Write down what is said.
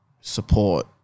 support